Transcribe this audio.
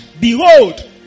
Behold